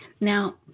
Now